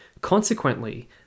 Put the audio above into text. Consequently